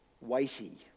weighty